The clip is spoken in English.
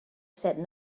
said